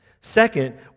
Second